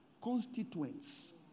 constituents